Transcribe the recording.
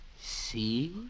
See